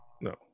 no